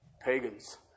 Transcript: Pagans